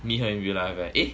meet her in real life ah eh